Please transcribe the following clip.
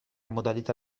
modalità